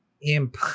Imp